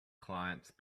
clients